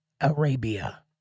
Arabia